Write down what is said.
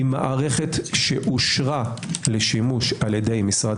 היא מערכת שאושרה לשימוש על ידי משרד